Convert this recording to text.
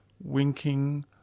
Winking